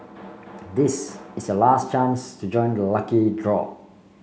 this is your last chance to join the lucky draw